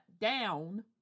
down